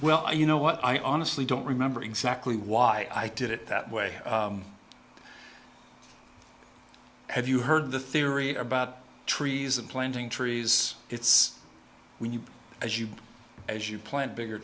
well you know what i honestly don't remember exactly why i did it that way have you heard the theory about trees and planting trees it's when you as you as you plant bigger